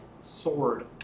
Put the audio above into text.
sword